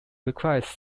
requires